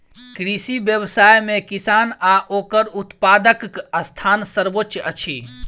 कृषि व्यवसाय मे किसान आ ओकर उत्पादकक स्थान सर्वोच्य अछि